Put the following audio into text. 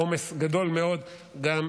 עומס גדול מאוד גם,